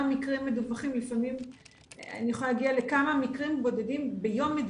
לפעמים אני יכולה להגיע לכמה מקרים בודדים ביום,